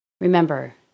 Remember